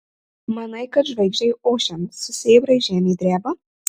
manai kad žvaigždei ošiant su sėbrais žemė dreba